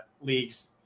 leagues